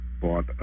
bought